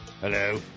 Hello